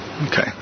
Okay